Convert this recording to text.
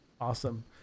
Awesome